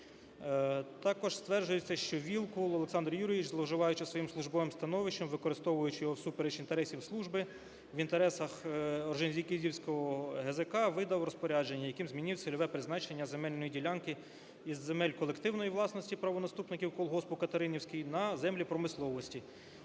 Також стверджується, що Вілкул Олександр Юрійович, зловживаючи своїм службовим становищем, використовуючи його всупереч інтересів служби, в інтересах Орджонікідзевського ГЗК видав розпорядження, яким змінив цільове призначення земельної ділянки із земель колективної власності правонаступників колгоспу "Катеринівський" на землі промисловості